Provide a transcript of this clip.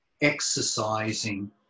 exercising